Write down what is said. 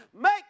make